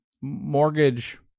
mortgage